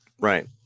right